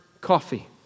coffee